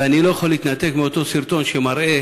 ואני לא יכול להתנתק מאותו סרטון שמראה